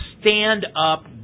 stand-up